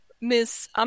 Miss